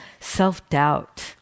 self-doubt